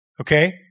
okay